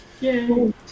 yay